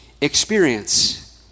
experience